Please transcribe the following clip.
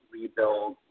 rebuild